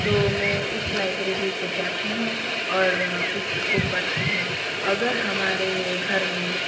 तो मैं उस लाइब्रेरी को जाती हूँ और पुस्तक को पढ़ती हूँ अगर हमारे घर में